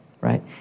right